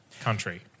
country